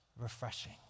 Refreshing